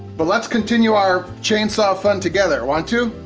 but let's continue our chainsaw fun together. want to?